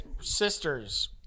sisters